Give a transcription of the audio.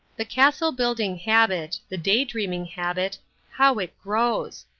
the castle-building habit, the day-dreaming habit how it grows!